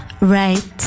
right